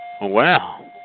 wow